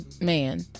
man